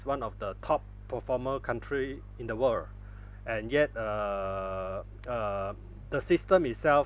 one of the top performer country in the world and yet uh uh the system itself